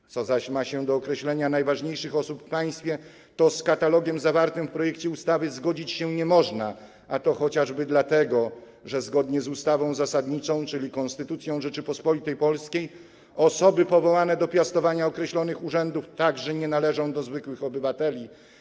Zaś co do określenia najważniejszych osób w państwie to z katalogiem zawartym w projekcie ustawy zgodzić się nie można, chociażby dlatego, że zgodnie z ustawą zasadniczą, czyli Konstytucją Rzeczypospolitej Polskiej, osoby powołane do piastowania określonych urzędów także nie należą do zwykłych obywateli.